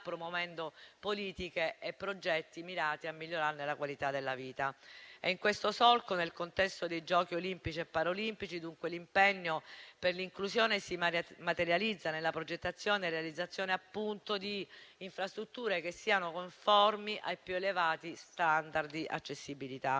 promuovendo politiche e progetti mirati a migliorarne la qualità della vita. È in questo solco, nel contesto dei Giochi olimpici e paraolimpici, che l'impegno per l'inclusione si materializza nella progettazione e realizzazione di infrastrutture che siano conformi ai più elevati *standard* di accessibilità.